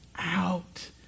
out